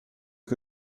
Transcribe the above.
que